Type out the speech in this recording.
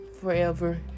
forever